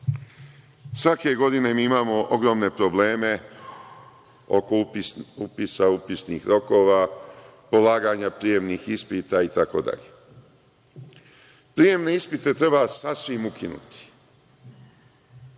svake godine mi imamo ogromne probleme oko upisa, upisnih rokova, polaganja prijemnih ispita, itd. Prijemne ispite treba sasvim ukinuti.